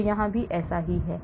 तो यहाँ भी ऐसा ही है